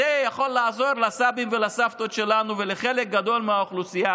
זה יכול לעזור לסבים ולסבתות שלנו ולחלק גדול מהאוכלוסייה